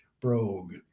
brogue